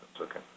okay